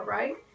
right